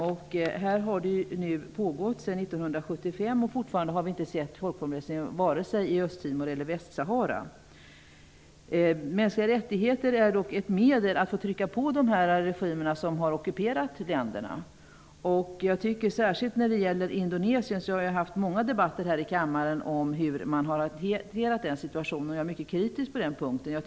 Detta har pågått sedan 1975, och vi har inte sett folkomröstningar vare sig i Östtimor eller Mänskliga rättigheter är ett medel att utöva påtryckningar på de regimer som har ockuperat dessa länder. Särskilt när det gäller Indonesien har jag deltagit i många debatter här i kammaren om hur man har hanterat situationen. Jag är mycket kritisk på den punkten.